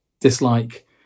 dislike